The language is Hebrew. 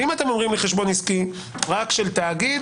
אם אתם אומרים לי חשבון עסקי רק של תאגיד,